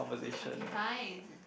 okay fine